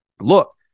Look